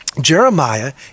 Jeremiah